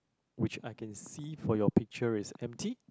which I can see for your picture is empty